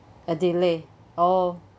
a delay oh